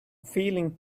feeling